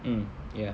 mm ya